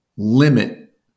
limit